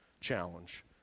challenge